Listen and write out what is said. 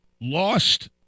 lost